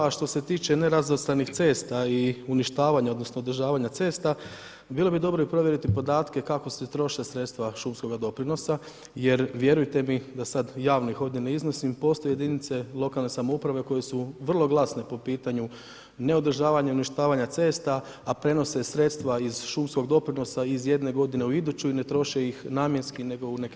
A što se tiče n3erazvrstanih cesta i uništavanje, odnosno, održavanja cesta, bilo bi dobro i provjeriti podatke, kako se troše sredstva šumskoga doprinosa, jer vjerujete mi da sada javnih ih ovdje ne iznosim, postoje jedinice lokalne samouprave, koje su vrlo glasne po pitanju neodržavanju i uništavanjem cesta, a prenose sredstva iz šumskog doprinosa, iz jedne godinu u iduću i ne troše ih namjenskih, nego u neke druge svrhe.